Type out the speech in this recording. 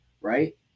right